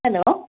hello